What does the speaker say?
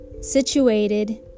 situated